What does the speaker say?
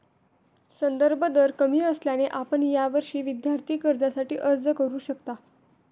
संदर्भ दर कमी असल्याने आपण यावर्षी विद्यार्थी कर्जासाठी अर्ज करू शकता